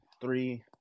three